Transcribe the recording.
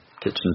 Kitchen